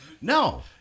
No